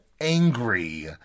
angry